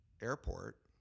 airport